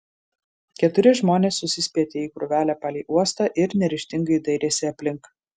keturi žmonės susispietė į krūvelę palei uostą ir neryžtingai dairėsi aplink